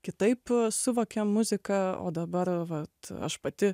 kitaip suvokėm muziką o dabar vat aš pati